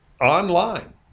online